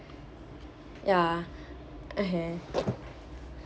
ya (uh huh)